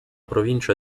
provincia